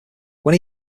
when